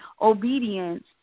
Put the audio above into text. obedience